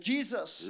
Jesus